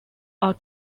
are